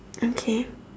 okay